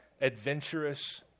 adventurous